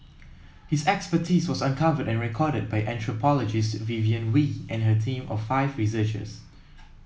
his expertise was uncovered and recorded by anthropologist Vivienne Wee and her team of five researchers